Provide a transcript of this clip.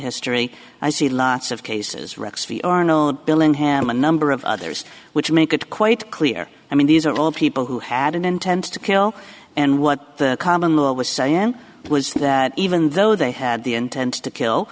history i see lots of cases rex we are no billingham a number of others which make it quite clear i mean these are all people who had an intent to kill and what the common law was so yeah it was that even though they had the intent to kill